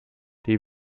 die